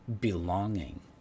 belonging